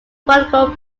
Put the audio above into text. political